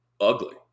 ugly